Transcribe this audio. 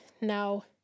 now